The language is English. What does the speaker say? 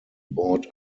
bought